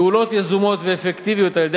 פעולות יזומות ואפקטיביות על-ידי